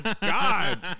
God